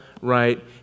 right